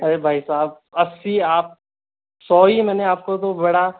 अरे भाईसाहब अस्सी आप सौ ही मैंने आपको तो बड़ा